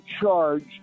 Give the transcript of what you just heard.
charged